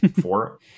four